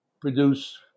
produce